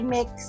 Mix